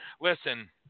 Listen